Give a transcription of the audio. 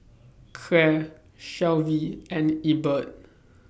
Claire Shelvie and Ebert